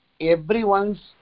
everyone's